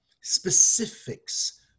specifics